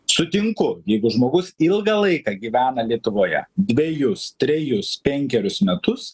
sutinku jeigu žmogus ilgą laiką gyvena lietuvoje dvejus trejus penkerius metus